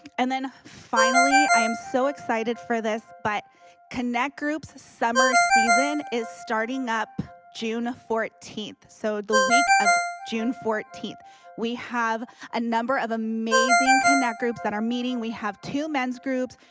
and then finally i am so excited for this but connect groups summer season is starting up june fourteenth so the week of june fourteenth we have a number of amazing connect groups that are meeting we have two men's groups,